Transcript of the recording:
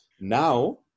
Now